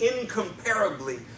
incomparably